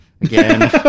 again